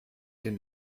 den